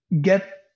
get